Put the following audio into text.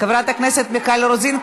חברת הכנסת מיכל רוזין,